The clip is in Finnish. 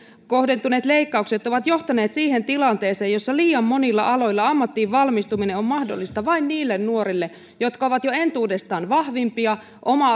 kohdentuneet leikkaukset ovat johtaneet siihen tilanteeseen jossa liian monilla aloilla ammattiin valmistuminen on mahdollista vain niille nuorille jotka ovat jo entuudestaan vahvimpia oma